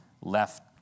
left